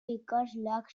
ikasleak